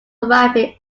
arriving